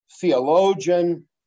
theologian